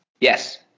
Yes